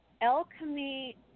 alchemy